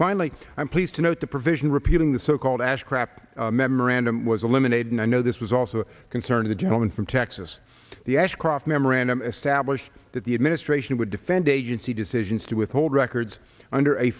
finally i'm pleased to note the provision repealing the so called ash crap memorandum was eliminated and i know this was also a concern of the gentleman from texas the ashcroft memorandum established that the administration would defend agency decisions to withhold records under a